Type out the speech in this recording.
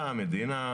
באה המדינה,